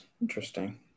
Interesting